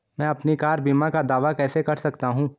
मैं अपनी कार बीमा का दावा कैसे कर सकता हूं?